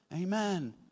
Amen